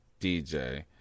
dj